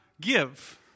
give